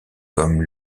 comme